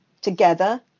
together